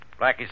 Blackie